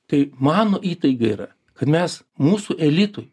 tai mano įtaiga yra kad mes mūsų elitui